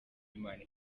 imana